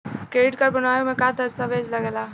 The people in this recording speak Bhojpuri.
क्रेडीट कार्ड बनवावे म का का दस्तावेज लगा ता?